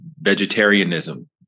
vegetarianism